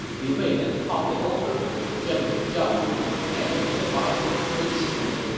liu bei then talked it over with his general zhao yun and his adviser sun qian.